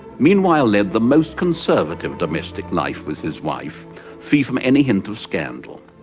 meanwhile, led the most conservative domestic life with his wife free from any hint of scandal.